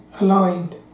aligned